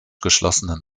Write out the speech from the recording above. geschlossenen